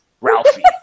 Ralphie